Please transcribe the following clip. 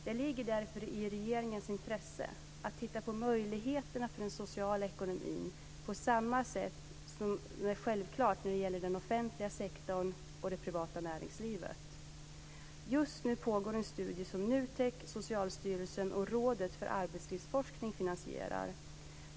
Det ligger därför i regeringens intresse att titta på möjligheterna för den sociala ekonomin, på samma sätt som är självklart när det gäller den offentliga sektorn och det privata näringslivet. Just nu pågår en studie som NUTEK, Socialstyrelsen och Rådet för arbetslivsforskning finansierar.